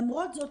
למרות זאת,